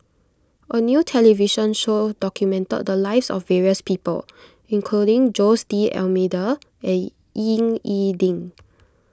a new television show documented the lives of various people including Jose D'Almeida and Ying E Ding